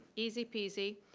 easy peasy.